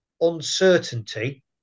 uncertainty